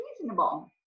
reasonable